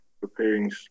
preparing